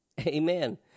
Amen